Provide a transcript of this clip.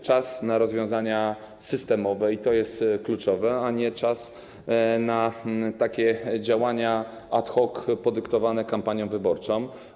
Czas na rozwiązania systemowe, i to jest kluczowe, a nie na takie działania ad hoc, podyktowane kampanią wyborczą.